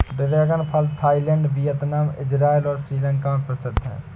dragon फल Thailand, Vietnam, Israel और श्रीलंका में प्रसिद्ध है